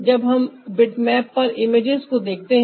जब हम bitmap पर इमेजेस को देखते हैं